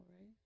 right